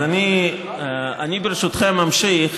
אז אני, ברשותכם, אמשיך.